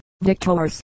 Victors